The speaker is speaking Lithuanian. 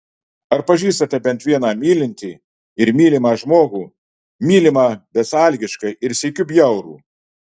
ar pažįstate bent vieną mylintį ir mylimą žmogų mylimą besąlygiškai ir sykiu bjaurų